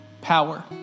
power